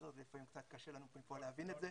לפעמים קצת קשה לנו פה להבין את זה,